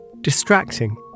distracting